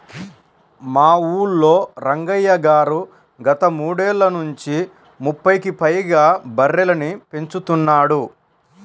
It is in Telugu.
మా ఊల్లో రంగయ్య గారు గత మూడేళ్ళ నుంచి ముప్పైకి పైగా బర్రెలని పెంచుతున్నాడు